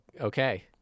Okay